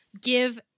give